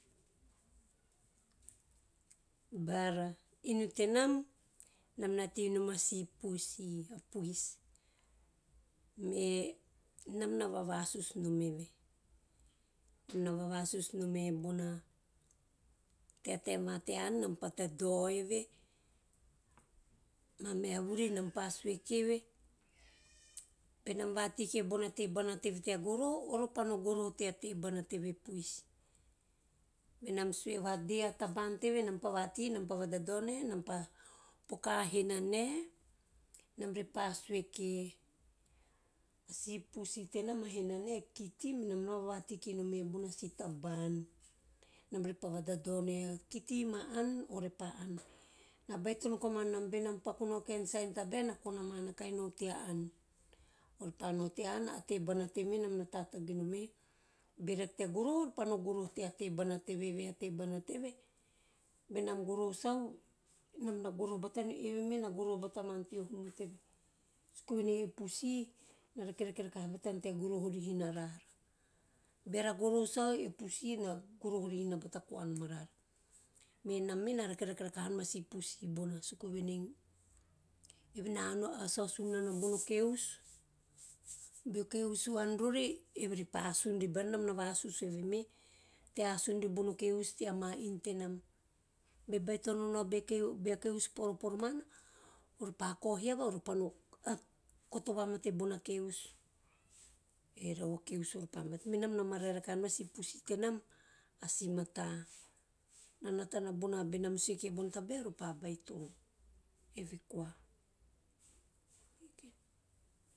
Bara inu tenam, enam na tei minom a si pussy a puisi, me enam na vavasus nom eve, ena na vavasus nome e bona, tea taem va tea ann nam pa dadao eve, mameha vuri enam pa sue keve. Benam vatei kie bona tebana teve tea goroho ore pa no gorohe tea tebana teve e puisi. Benam sue vade a taba`an teve enam pa vatei a taban teve nam pa vati enam re pa vadadao ne, enam re pa poka henanae, enam re pa sue kie. A si puisi tenam a hanenae e kitty, me enam na vavatei kinom e bona si tab`an, enam re pa vadadao ne "kitty ma ann". Ore pa ann. Na baitono komana nana benam paku nao kain sign tabae na kona nana, kahi nao nao tea ann. Ore pa nao tea ann. A tebana teve nam na tatagi nom e be rake tea goroho ore pa no goroho batamana teo hum teve suku venei, eve pussy na rakerake rakaha bata tea goroho rihina rara me enam me na rakerake rakanom a si pussy bona suku venei, eve na ann, assiasun nana bono keusu. Beo kesu an rori evev repa an vibari enam na vasus roho eve tea asun ribono keusu teama inu tenam. Be baitono nao bea keusu poroporo mana pa kao hiavau ore pa no koto vamate bona keusu erau a keusu repa mate, me enam na mararae rakanom a si pussy tenam a si mata, na nata nina na bona, benam sue kie bona tabae ove pa beitono. Eve koa mata